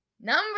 number